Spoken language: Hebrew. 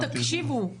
תקשיבו,